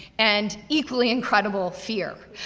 and equally incredible fear.